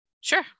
sure